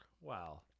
Wow